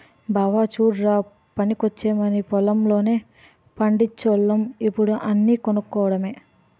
బావా చుడ్రా పనికొచ్చేయన్నీ పొలం లోనే పండిచోల్లం ఇప్పుడు అన్నీ కొనుక్కోడమే